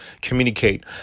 communicate